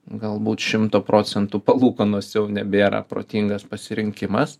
galbūt šimto procentų palūkanos jau nebėra protingas pasirinkimas